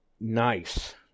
nice